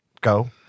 Go